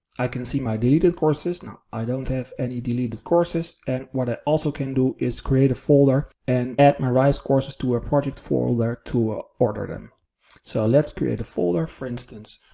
i can see my deleted courses. i don't have any deleted courses what i also can do is create a folder and add my rise courses to a project folder to ah order them. so let's create a folder for instance,